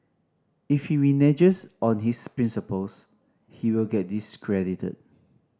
if he reneges on his principles he will get discredited